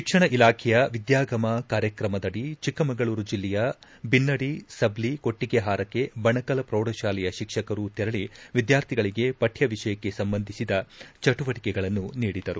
ತಿಕ್ಷಣ ಇಲಾಖೆಯ ವಿದ್ಯಾಗಮಾ ಕಾರ್ಯಕ್ರದಡಿ ಚಿಕ್ಕಮಗಳೂರು ಜಿಲ್ಲೆಯ ಬಿನ್ನಡಿ ಸಬ್ಲ ಕೊಟ್ಟಿಗೆಹಾರಕ್ಕೆ ಬಣಕಲ್ ಪ್ರೌಡಶಾಲೆಯ ಶಿಕ್ಷಕರು ತೆರಳಿ ವಿದ್ಯಾರ್ಥಿಗಳಿಗೆ ಪಠ್ಯ ವಿಷಯಕ್ಕೆ ಸಂಬಂಧಿಸಿದ ಚಟುವಟಿಕೆಗಳನ್ನು ನೀಡಿದರು